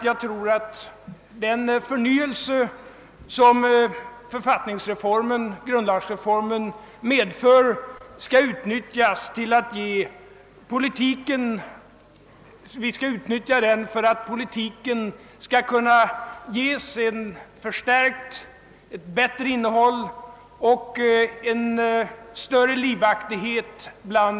Jag tror att den förnyelse som grundlagsreformen medför skall kunna utnyttjas för att ge politiken ett bättre innehåll och hos medborgarna åstadkomma en större livaktighet.